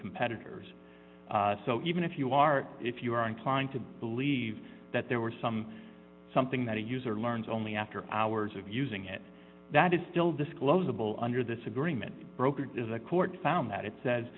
competitors so even if you are if you are inclined to believe that there were some something that a user learns only after hours of using it that is still disclosable under this agreement brokered is a court found that it says